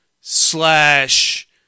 slash